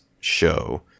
show